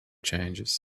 changes